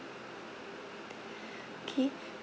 K